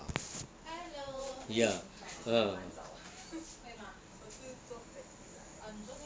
ya ah